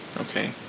Okay